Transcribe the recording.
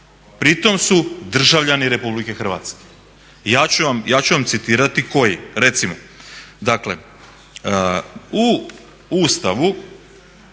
pritom su državljani RH. Ja ću vam citirati koji. Recimo, dakle u Ustavu